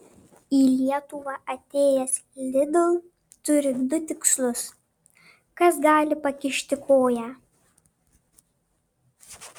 į lietuvą atėjęs lidl turi du tikslus kas gali pakišti koją